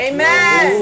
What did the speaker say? Amen